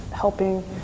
helping